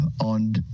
on